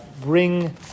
bring